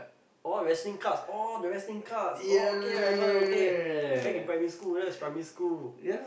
oh wrestling cards oh wrestling cards oh okay I remember back in primary school that was in primary school